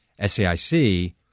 SAIC –